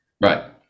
right